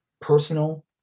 personal